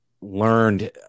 learned